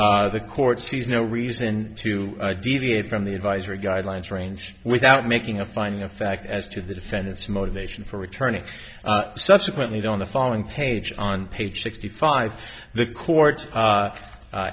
the court sees no reason to deviate from the advisory guidelines range without making a finding of fact as to the defendant's motivation for returning subsequently don't the following page on page sixty five the court